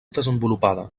desenvolupada